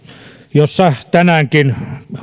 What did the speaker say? jossa tänäänkin